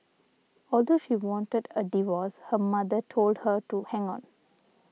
although she wanted a divorce her mother told her to hang on